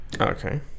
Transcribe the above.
Okay